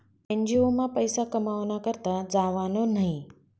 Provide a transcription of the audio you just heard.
NGO मा पैसा कमावाना करता जावानं न्हयी